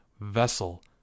vessel